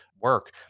work